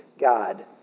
God